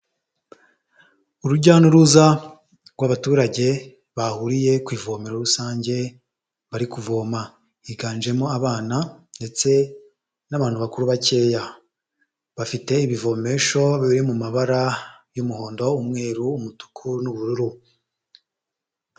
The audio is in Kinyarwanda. Urujya n'uruza rw'abaturage bahuriye ku ivomero rusange bari kuvoma, higanjemo abana ndetse n'abantu bakuru bakeya, bafite ibivomesho biri mu mabara y'umuhondo, umweru, umutuku n'ubururu.